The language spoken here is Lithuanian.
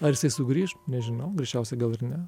ar jisai sugrįš nežinau greičiausiai gal ir ne